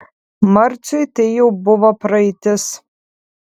marciui tai jau buvo praeitis